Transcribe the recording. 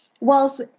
whilst